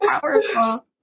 powerful